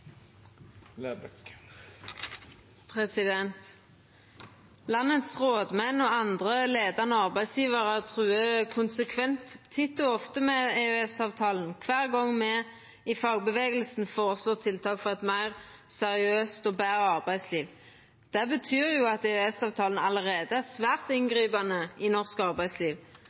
Landets rådmenn og andre leiande arbeidsgjevarar truar konsekvent, titt og ofte, med EØS-avtalen kvar gong me i fagbevegelsen føreslår tiltak for eit mer seriøst og betre arbeidsliv. Det betyr at EØS-avtalen allereie er svært inngripande i norsk arbeidsliv.